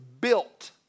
built